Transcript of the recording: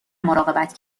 مراقبت